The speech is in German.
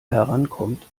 herankommt